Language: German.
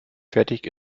fertig